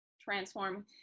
transform